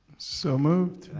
so moved.